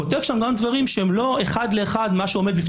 כותב שם גם דברים שהם לא אחד לאחד מה שעומד בפני